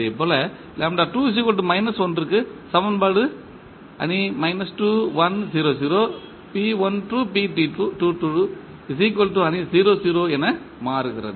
இதேபோல் க்கு சமன்பாடு என மாறுகிறது